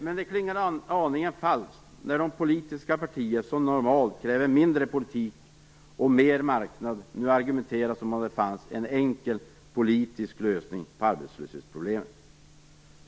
Men det klingar aningen falskt när de politiska partier som normalt kräver mindre politik och mera marknad nu argumenterar som funnes det en enkel politisk lösning på arbetslöshetsproblemen.